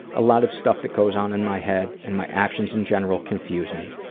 a lot of stuff that goes on in my head and my actions in general confuse me.